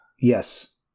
yes